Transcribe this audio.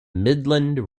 midland